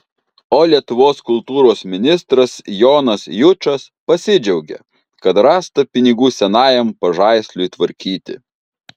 o lietuvos kultūros ministras jonas jučas pasidžiaugė kad rasta pinigų senajam pažaisliui tvarkyti